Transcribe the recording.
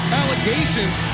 allegations